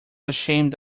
ashamed